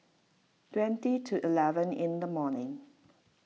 twenty to eleven in the morning